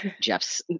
Jeff's